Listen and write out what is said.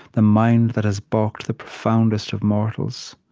the mind that has baulked the profoundest of mortals.